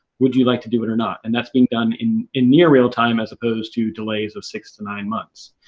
would you like to do it or not? and, that's being done in in near-real time as opposed to delays of six to nine months.